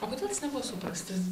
o kodėl jis nebuvo suprastas